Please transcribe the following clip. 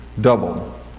double